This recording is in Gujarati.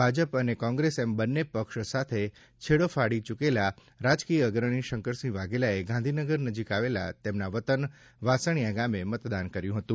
ભાજપ તથા કોંગ્રેસ એમ બંને પક્ષ સાથે છેડો ફાડી ચુકેલા રાજકીય અગ્રણી શંકરસિંહ વાઘેલાએ ગાંધીનગર નજીક આવેલા તેમના વતન વાસણિયા ગામે મતદાન કર્યું હતું